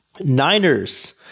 Niners